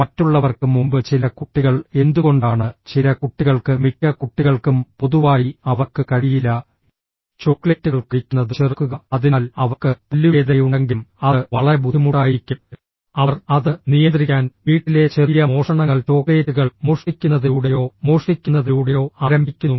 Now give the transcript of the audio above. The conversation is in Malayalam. മറ്റുള്ളവർക്ക് മുമ്പ് ചില കുട്ടികൾ എന്തുകൊണ്ടാണ് ചില കുട്ടികൾക്ക് മിക്ക കുട്ടികൾക്കും പൊതുവായി അവർക്ക് കഴിയില്ല ചോക്ലേറ്റുകൾ കഴിക്കുന്നത് ചെറുക്കുക അതിനാൽ അവർക്ക് പല്ലുവേദനയുണ്ടെങ്കിലും അത് വളരെ ബുദ്ധിമുട്ടായിരിക്കും അവർ അത് നിയന്ത്രിക്കാൻ വീട്ടിലെ ചെറിയ മോഷണങ്ങൾ ചോക്ലേറ്റുകൾ മോഷ്ടിക്കുന്നതിലൂടെയോ മോഷ്ടിക്കുന്നതിലൂടെയോ ആരംഭിക്കുന്നു